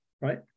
Right